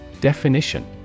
definition